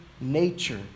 nature